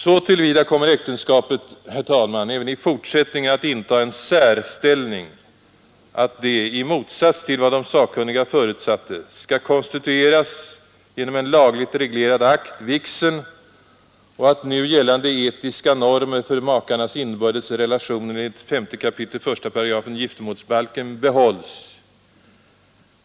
Så till vida kommer äktenskapet, herr talman, även i fortsättningen att inta en särställning att det — i motsats till vad de sakkunniga förutsatte — skall konstitueras genom en lagligt reglerad akt — vigseln — och att nu gällande etiska normer för makarnas inbördes relationer enligt 5 kap. 1 § giftermålsbalken bibehålls.